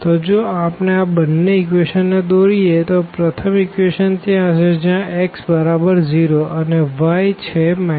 તો જો આપણે આ બંને ઇક્વેશન ને દોરીએ તો પ્રથમ ઇક્વેશન ત્યાં હશે જ્યાં x બરાબર છે 0 અને y છે 1